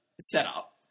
setup